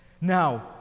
Now